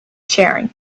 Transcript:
sharing